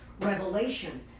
Revelation